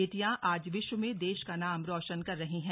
बेटियां आज विश्व में देश का नाम रोशन कर रही हैं